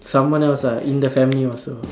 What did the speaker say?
someone else lah in the family also